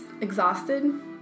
exhausted